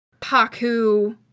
Paku